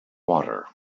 water